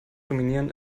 dominieren